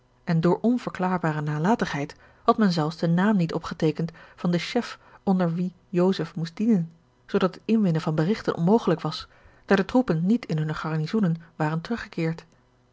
en door onverklaarbare nalatigheid had men zelfs den naam niet opgeteekend van den chef onder wien joseph moest dienen zoodat het inwinnen van berigten onmogelijk was daar de troepen niet in hunne garnizoenen waren teruggekeerd